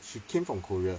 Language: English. she came from korea